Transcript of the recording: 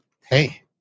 hey